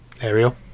Ariel